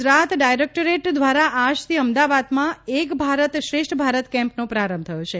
Gujarat directorate દ્વારા આજથી અમદાવાદમાં એક ભારત શ્રેષ્ઠ ભારત કેમ્પનો પ્રારંભ થયો છે